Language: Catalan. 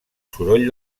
soroll